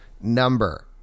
number